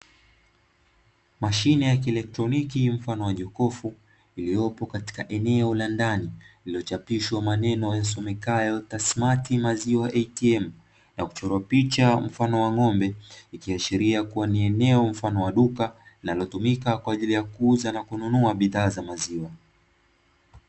Mashine ya kielektroniki mfano wa jokofu, iliyopo katika eneo la ndani iliochapishwa maneno yasomekayo "tasmati maziwa ATM" na kuchorwa picha mfano wa ng'ombe, ikiashiria kuwa ni eneo mfano wa duka linalotumika kwa ajili ya kuuza na kununua bidhaa za maziwa.